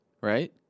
right